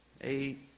eight